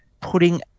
putting